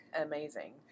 Amazing